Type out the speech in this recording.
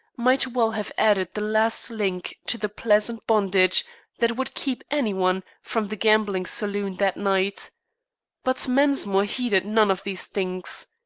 might well have added the last link to the pleasant bondage that would keep any one from the gambling saloon that night but mensmore heeded none of these things.